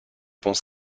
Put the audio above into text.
pont